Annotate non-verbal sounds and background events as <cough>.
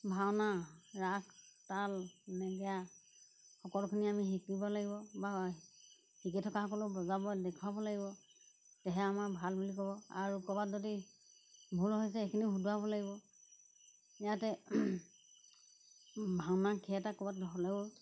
ভাওনা ৰাস তাল নেগেৰা সকলোখিনি আমি শিকিব লাগিব বা <unintelligible> শিকি থকা সকলো বজাব দেখুৱাব লাগিব তেহে আমাৰ ভাল বুলি ক'ব আৰু ক'ৰবাত যদি ভুল হৈছে সেইখিনি শুদ্ধৰাব লাগিব ইয়াতে ভাওনা থিয়েটাৰ এটা ক'ৰবাত হ'লেও